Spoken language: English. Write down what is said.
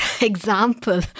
example